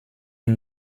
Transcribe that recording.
une